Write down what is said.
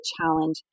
challenge